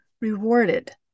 rewarded